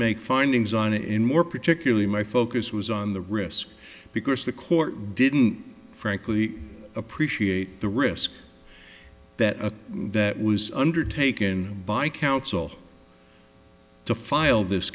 make findings on it any more particularly my focus was on the risk because the court didn't frankly appreciate the risk that that was undertaken by counsel to file this